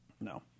No